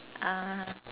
ah